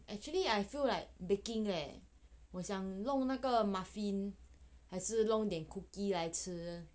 actually I feel like baking leh 我想弄那个 muffin 还是弄点 cookie 来吃